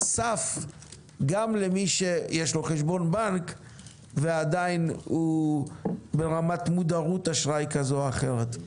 סף גם למי שיש לו חשבון בנק ועדיין הוא ברמת מודרות אשראי כזו או אחרת.